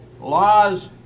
Law's